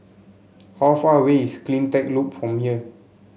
how far away is CleanTech Loop from here